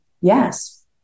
yes